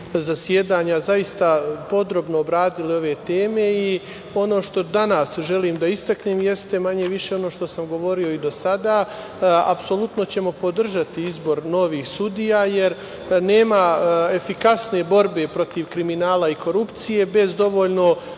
zasedanja zaista podrobno obradili ove teme i ono što danas želim da istaknem jeste manje-više ono što sam govorio i do sada, apsolutno ćemo podržati izbor novih sudija, jer nema efikasne borbe protiv kriminala i korupcije bez dovoljno